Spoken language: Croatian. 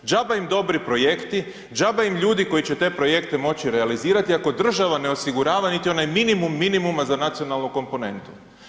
Džabe im dobri projekti, džabe im ljudi koji će te projekte moći realizirati ako država ne osigurava niti onaj minimum, minimuma za nacionalnu komponentu.